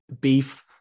beef